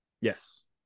Yes